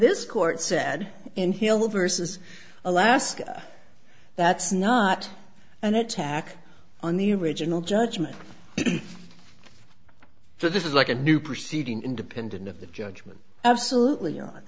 this court said in hilo versus alaska that's not an attack on the original judgment for this is like a new proceeding independent of the judgment absolutely on